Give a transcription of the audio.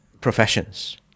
professions